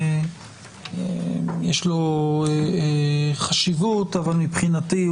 יש לו חשיבות אבל מבחינתי,